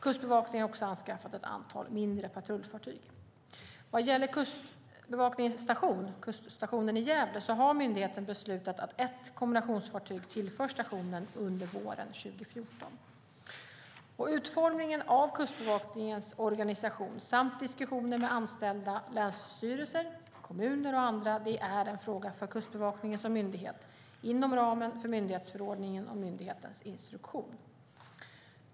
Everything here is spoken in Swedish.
Kustbevakningen har också anskaffat ett antal mindre patrullfartyg. Vad gäller Kustbevakningens station i Gävle har myndigheten beslutat att ett kombinationsfartyg tillförs stationen under våren 2014. Utformningen av Kustbevakningens organisation samt diskussioner med anställda, länsstyrelser, kommuner och andra är en fråga för Kustbevakningen som myndighet inom ramen för myndighetsförordningen och myndighetens instruktion.